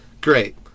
Great